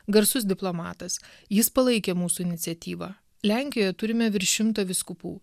garsus diplomatas jis palaikė mūsų iniciatyvą lenkijoje turime virš šimto vyskupų